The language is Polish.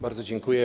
Bardzo dziękuję.